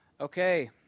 Okay